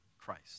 Christ